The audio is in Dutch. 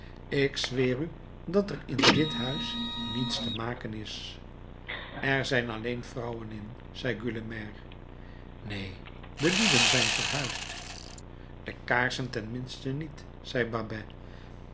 ik zweer u dat er in dit huis niets te maken is er zijn alleen vrouwen in zei gueulemer neen de lieden zijn verhuisd de kaarsen ten minste niet zei